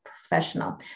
professional